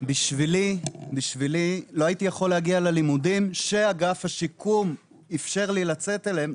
לא הייתי יכול להגיע ללימודים שאגף השיקום אפשר לי לצאת אליהם,